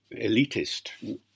elitist